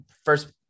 first